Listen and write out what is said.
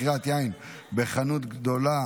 מכירת יין בחנות גדולה),